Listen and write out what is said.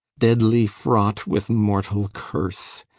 deadly fraught with mortal curse.